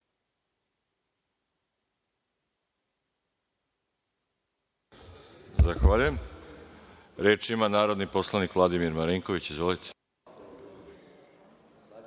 Zahvaljujem. Reč ima narodni poslanik Vladimir Marinković. Izvolite.